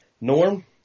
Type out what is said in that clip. Norm